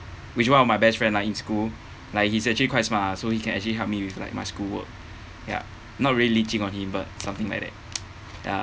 which one of my best friend lah in school like he's actually quite smart ah so he can actually help me with like my schoolwork ya not really leeching on him but something like that ya